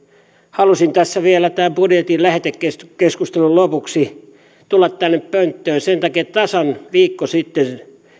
halusin tässä vielä tämän budjetin lähetekeskustelun lopuksi tulla tänne pönttöön sen takia että tasan viikko sitten